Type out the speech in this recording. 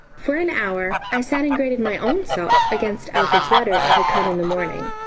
for an hour i sat and grated my own self against alfred's letter that had come in the morning.